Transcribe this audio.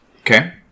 Okay